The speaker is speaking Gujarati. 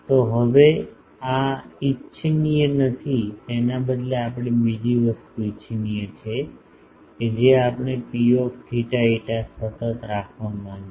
હવે આ ઇચ્છનીય નથી તેના બદલે આપણે બીજી વસ્તુ ઇચ્છનીય છે કે આપણે Pθ φ સતત રાખવા માંગીએ છીએ